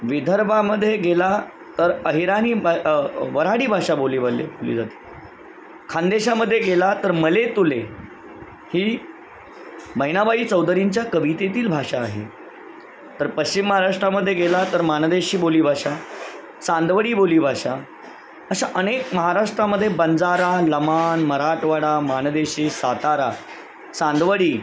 विदर्भामध्ये गेला तर अहिराणी भा वऱ्हाडी भाषा बोलीबाली बोलली जाते खानदेशामध्ये गेला तर मले तुले ही बहिणाबाई चौधरींच्या कवितेतील भाषा आहे तर पश्चिम महाराष्ट्रामध्ये गेला तर माणदेशी बोली भाषा चांदवडी बोलीभाषा अशा अनेक महाराष्ट्रामध्ये बंजारा लमाण मराठवाडा माणदेशी सातारा चांदवडी